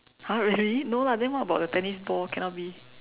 !huh! really no lah then what about the tennis ball cannot be